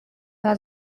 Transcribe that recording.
war